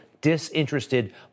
disinterested